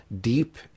deep